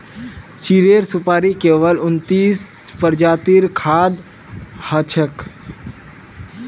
चीड़ेर सुपाड़ी केवल उन्नतीस प्रजातिर खाद्य हछेक